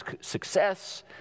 success